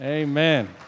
Amen